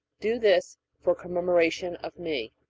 do this for a commemoration of me.